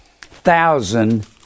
thousand